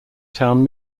town